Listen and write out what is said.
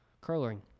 Curling